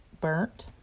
burnt